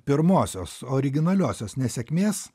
pirmosios originaliosios nesėkmės